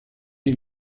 les